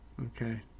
Okay